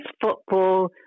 football